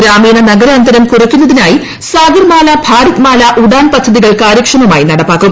ഗ്രാമീണ നഗര അന്തരം കുറയ്ക്കുന്നതിനായി സാഗർമാല ഭാരത് മാല ഉഡാൻ പദ്ധതികൾ കാര്യക്ഷമമായി നടപ്പാക്കും